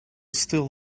still